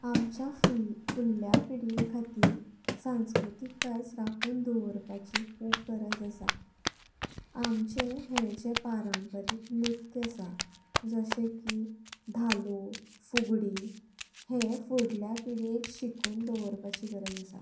आमच्या फुड फुडल्या पिळगे खातीर सांस्कृतीक दायज राखून दवरपाची खूब गरज आसा आमचें हें जें पारंपारीक नृत्य आसा जशें की धालो फुगडी हें फुडल्या पिळगेक शिकोवन दवरपाची गरज आसा